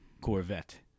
Corvette